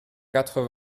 quatre